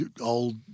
old